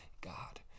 God